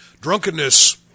Drunkenness